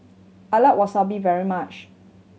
I like Wasabi very much